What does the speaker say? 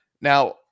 Now